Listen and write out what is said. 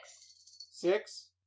Six